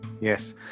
yes